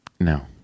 No